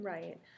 Right